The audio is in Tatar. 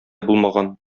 булмаган